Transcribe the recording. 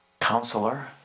Counselor